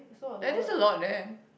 there is a lot there